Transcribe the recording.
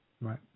Right